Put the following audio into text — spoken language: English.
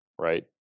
right